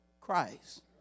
Christ